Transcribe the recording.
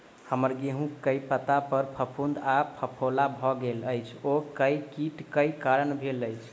हम्मर गेंहूँ केँ पत्ता पर फफूंद आ फफोला भऽ गेल अछि, ओ केँ कीट केँ कारण भेल अछि?